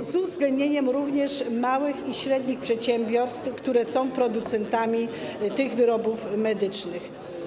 z uwzględnieniem również małych i średnich przedsiębiorstw, które są producentami tych wyrobów medycznych.